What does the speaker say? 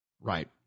Right